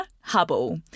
Hubble